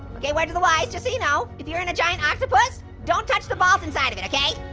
okay, word to the wise, just so you know, if you're in a giant octopus, don't touch the balls inside of it, okay?